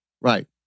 Right